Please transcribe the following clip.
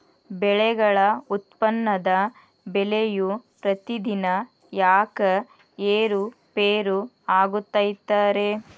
ಬೆಳೆಗಳ ಉತ್ಪನ್ನದ ಬೆಲೆಯು ಪ್ರತಿದಿನ ಯಾಕ ಏರು ಪೇರು ಆಗುತ್ತೈತರೇ?